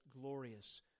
glorious